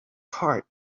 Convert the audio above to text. heart